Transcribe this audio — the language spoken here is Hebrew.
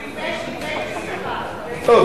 לא,